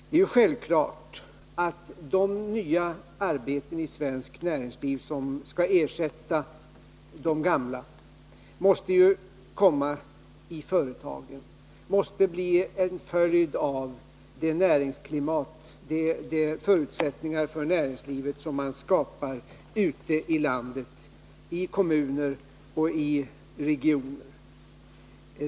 Det är självklart att de nya arbeten i svenskt näringsliv som skall ersätta de gamla måste komma i företagen, måste bli en följd av de förutsättningar för näringslivet som man skapar ute i landet, i kommuner och regioner.